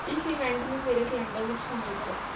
ਇਸ ਇਵੈਂਟ ਨੂੰ ਮੇਰੇ ਕੈਲੰਡਰ ਵਿੱਚ ਸ਼ਾਮਲ ਕਰੋ